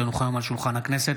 כי הונחו היום על שולחן הכנסת,